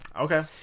Okay